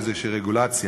איזו רגולציה.